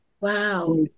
Wow